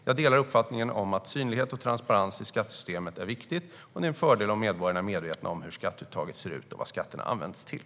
Jag delar uppfattningen om att synlighet och transparens i skattesystemet är viktigt och att det är en fördel om medborgarna är medvetna om hur skatteuttaget ser ut och vad skatterna används till.